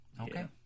Okay